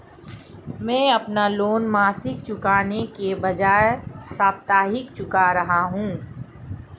मैं अपना लोन मासिक चुकाने के बजाए साप्ताहिक चुका रहा हूँ